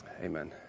Amen